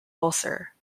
ulcer